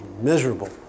miserable